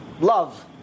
love